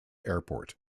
airport